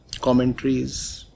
commentaries